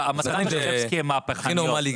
המסקנות של שרשבסקי הן מהפכניות,